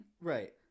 Right